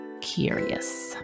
curious